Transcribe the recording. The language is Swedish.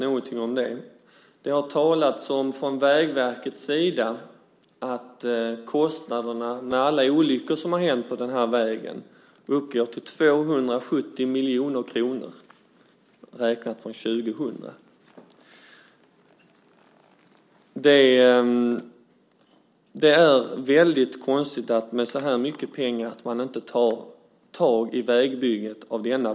Från Vägverkets sida har man talat om att kostnaderna med alla olyckor på vägen uppgår till 270 miljoner kronor, räknat från år 2000. Det är mycket konstigt att man trots dessa kostnader inte tar tag i utbyggnaden av vägen.